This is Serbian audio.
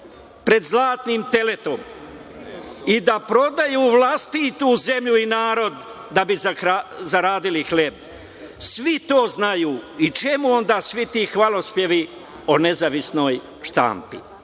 pred zlatnim teletom i da prodaju vlastitu zemlju i narod da bi zaradili hleb. Svi to znaju i čemu onda svi ti hvalospevi o nezavisnoj štampi?